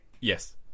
yes